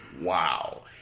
Wow